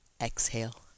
Exhale